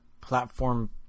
platform